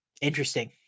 Interesting